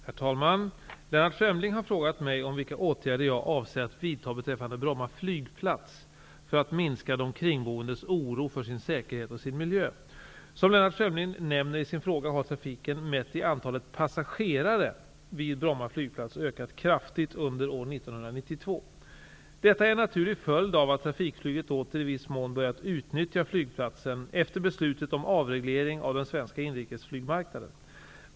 Herr talman! Lennart Fremling har frågat mig om vilka åtgärder jag avser att vidta beträffande Bromma flygplats för att minska de kringboendes oro för sin säkerhet och sin miljö. Som Lennart Fremling nämner i sin fråga har trafiken mätt i antal passagerare vid Bromma flygplats ökat kraftigt under år 1992. Detta är en naturlig följd av att trafikflyget åter i viss mån börjat utnyttja flygplatsen efter beslutet om avreglering av den svenska inrikesflygmarknaden.